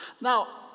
Now